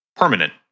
Permanent